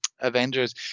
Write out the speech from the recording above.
Avengers